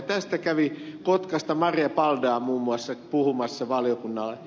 tästä kävi kotkasta marja paldan muiden muassa puhumassa valiokunnalle